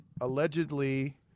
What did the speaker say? allegedly